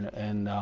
and